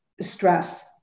stress